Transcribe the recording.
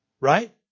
Right